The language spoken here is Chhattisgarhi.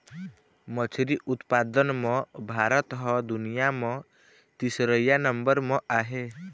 मछरी उत्पादन म भारत ह दुनिया म तीसरइया नंबर म आहे